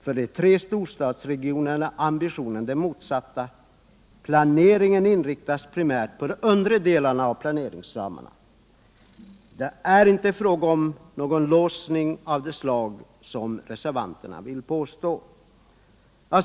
För de tre storstadsregionerna var ambitionen den motsatta — planeringen skulle inriktas primärt på de undre delarna av befolkningsramarna. Det är inte fråga om någon låsning av det slag som reservanterna vill påstå.